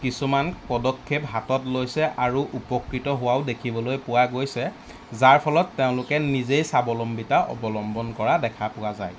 কিছুমান পদক্ষেপ হাতত লৈছে আৰু উপকৃত হোৱাও দেখিবলৈ পোৱা গৈছে যাৰ ফলত তেওঁলোকে নিজেই স্বাৱলম্বিতা অৱলম্বন কৰা দেখা পোৱা যায়